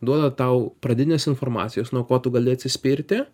duoda tau pradinės informacijos nuo ko tu gali atsispirti